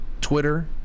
Twitter